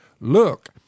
Look